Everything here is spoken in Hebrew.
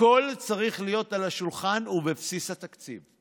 הכול צריך להיות על השולחן ובבסיס התקציב,